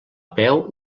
peu